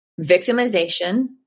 victimization